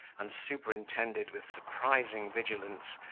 and superintended, with surprising vigilance,